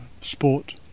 sport